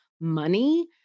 money